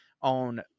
on